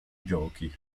giochi